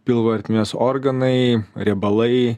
pilvo ertmės organai riebalai